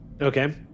okay